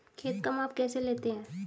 खेत का माप कैसे लेते हैं?